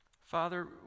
Father